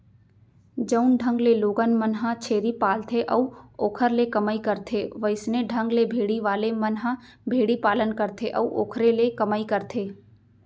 जउन ढंग ले लोगन मन ह छेरी पालथे अउ ओखर ले कमई करथे वइसने ढंग ले भेड़ी वाले मन ह भेड़ी पालन करथे अउ ओखरे ले कमई करथे